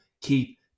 keep